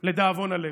לדאבון הלב.